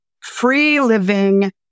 free-living